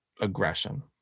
aggression